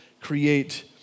create